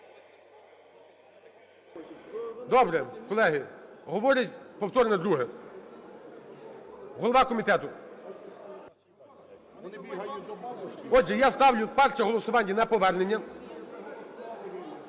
Добре, колеги, говорять – повторне друге. Голова комітету! Отже, я ставлю перше голосування на повернення,